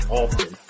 often